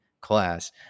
class